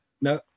no